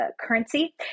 currency